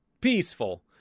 Peaceful